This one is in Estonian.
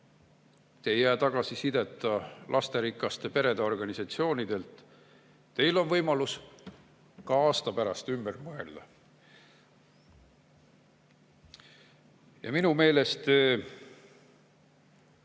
jää tagasisideta lasterikaste perede organisatsioonidelt. Teil on võimalus ka aasta pärast ümber mõelda. Ja minu meelest